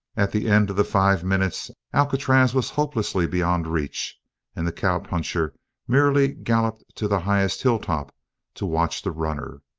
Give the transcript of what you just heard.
at the end of the five minutes alcatraz was hopelessly beyond reach and the cowpuncher merely galloped to the highest hilltop to watch the runner.